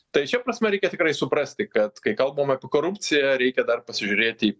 tai šia prasme reikia tikrai suprasti kad kai kalbam apie korupciją reikia dar pasižiūrėt į